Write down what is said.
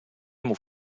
mów